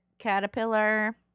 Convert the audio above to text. caterpillar